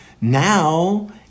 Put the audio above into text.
Now